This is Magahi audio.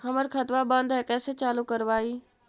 हमर खतवा बंद है कैसे चालु करवाई?